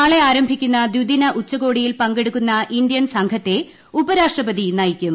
നാളെ ആരംഭിക്കുന്ന ദ്വിദിന ഉച്ചകോടിയിൽ പങ്കെടുക്കുന്ന ഇന്ത്യൻ സംഘത്തെ ഉപരാഷ്ട്രപതി നയിക്കും